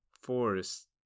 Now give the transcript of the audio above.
forest